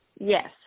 Yes